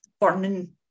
burning